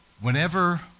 whenever